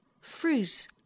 fruit